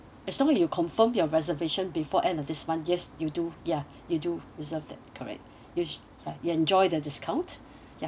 as long as you confirm your reservation before end of this month yes you do ya you do deserve that correct is ya you enjoy the discount ya